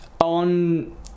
on